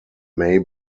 may